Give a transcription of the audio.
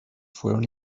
fueron